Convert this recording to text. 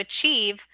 achieve